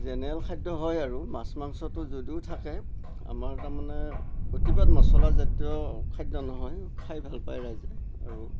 general খাদ্য হয় আৰু মাছ মাংসটো যদিয়ো থাকে আমাৰ তাৰমানে অতিপাত মচলাজাতীয় খাদ্য নহয় খাই ভালপাই ৰাইজে আৰু